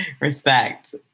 Respect